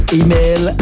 email